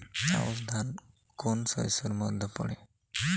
আউশ ধান কোন শস্যের মধ্যে পড়ে?